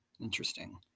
Interesting